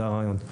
זה הרעיון.